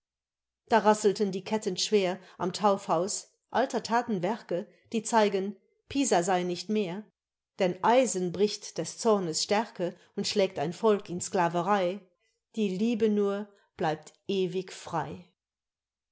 da rasselten die ketten schwer am taufhaus alter thaten werke die zeigen pisa sey nicht mehr denn eisen bricht des zornes stärke und schlägt ein volk in sklaverei die liebe nur bleibt ewig frei